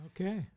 Okay